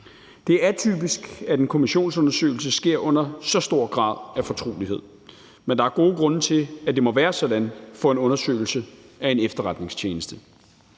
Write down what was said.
Det er atypisk, at en kommissionsundersøgelse sker under så stor grad af fortrolighed. Men der er gode grunde til, at det må være sådan for en undersøgelse af en efterretningstjeneste.